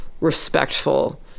respectful